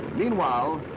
meanwhile,